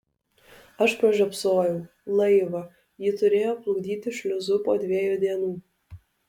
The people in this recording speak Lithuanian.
aš pražiopsojau laivą jį turėjo plukdyti šliuzu po dviejų dienų